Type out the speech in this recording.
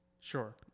Sure